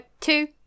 two